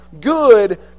good